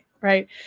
Right